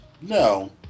No